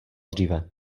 dříve